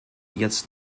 jetzt